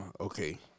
Okay